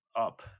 up